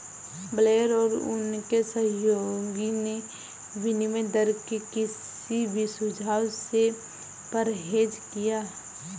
Blair और उनके सहयोगियों ने विनिमय दर के किसी भी सुझाव से परहेज किया